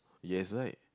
yes right